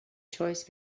choice